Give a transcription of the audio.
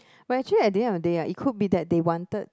but actually at the end of the day ah it could be that they wanted